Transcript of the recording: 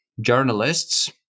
journalists